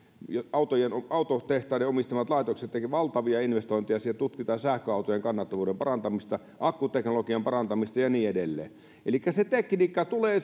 autotehtaiden omistamat laitokset tekevät valtavia investointeja siellä tutkitaan sähköautojen kannattavuuden parantamista akkuteknologian parantamista ja niin edelleen elikkä se tekniikka tulee